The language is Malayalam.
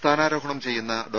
സ്ഥാനാരോഹണം ചെയ്യുന്ന ഡോ